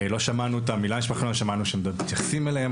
לא שמענו את המילה שמתייחסים אליהם,